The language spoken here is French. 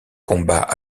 combat